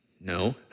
No